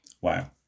Wow